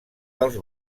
dels